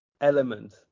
element